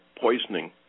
poisoning